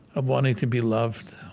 of wanting to be loved.